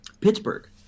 Pittsburgh